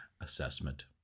assessment